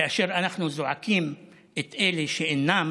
כאשר אנחנו זועקים את אלה שאינם